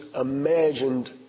imagined